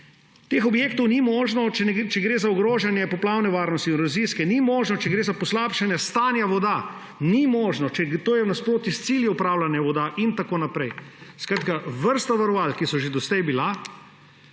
teh objektov ni možno graditi, če gre za ogrožanje poplavne, erozijske varnosti, če gre za poslabšanje stanja voda, ni možno, če to je v nasprotju s cilji upravljanja voda in tako naprej. Skratka, vrsta varovalk, ki so že doslej bile,